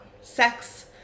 Sex